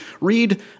read